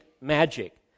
magic